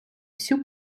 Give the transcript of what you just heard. всю